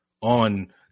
on